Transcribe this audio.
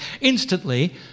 instantly